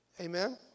Amen